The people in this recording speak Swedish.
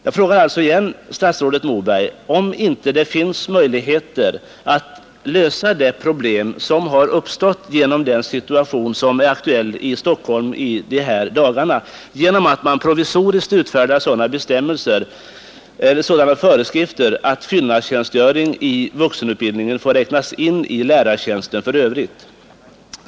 Jag frågar alltså igen statsrådet Moberg, om det inte finns möjlighet att lösa det problem som uppstått genom den situation som är aktuell i Stockholm dessa dagar genom att man provisoriskt utfärdar sådana föreskrifter att fyllnadstjänstgöring i vuxenutbildningen får räknas in i lärartjänsten för övrigt.